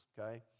okay